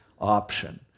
option